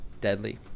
deadly